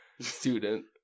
student